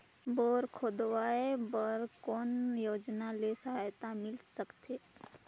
Bore खोदवाय बर कौन योजना ले सहायता मिल सकथे?